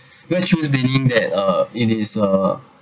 wet shoes meaning that ah it is uh